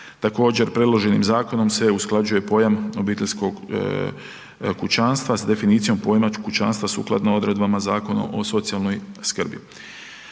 Također, predloženim zakonom se usklađuje pojam obiteljskog kućanstva s definicijom pojma kućanstva sukladno odredbama Zakona o socijalnoj skrbi.